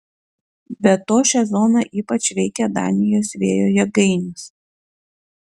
be to šią zoną ypač veikia danijos vėjo jėgainės